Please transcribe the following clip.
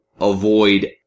avoid